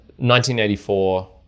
1984